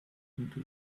into